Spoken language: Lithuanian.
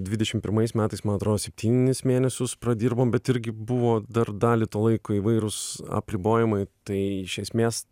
dvidešim pirmais metais man atrodo septynis mėnesius pradirbom bet irgi buvo dar dalį to laiko įvairūs apribojimai tai iš esmės